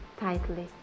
tightly